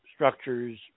Structures